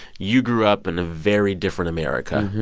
you grew up in a very different america.